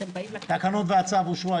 התקנות והצו אושרו.